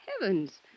Heavens